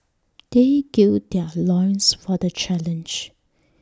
they gird their loins for the challenge